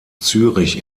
zürich